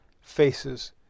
faces